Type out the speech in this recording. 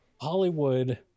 Hollywood